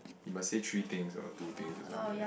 you must say three things or two things or something is it